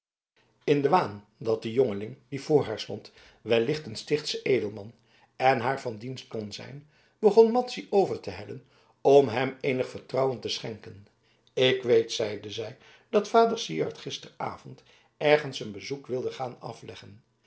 in den waan dat de jongeling die voor haar stond wellicht een stichtsch edelman en haar van dienst kon zijn begon madzy over te hellen om hem eenig vertrouwen te schenken ik weet zeide zij dat vader syard gisteravond ergens een bezoek wilde gaan afleggen